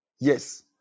Yes